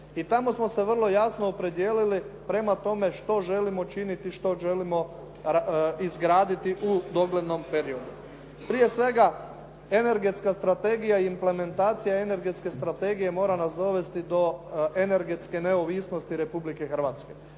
i tamo smo se vrlo jasno opredijelili prema tome što želimo činiti, što želimo izgraditi u doglednom periodu. Prije svega, energetska strategija, implementacija energetske strategije mora nas dovesti do energetske neovisnosti Republike Hrvatske,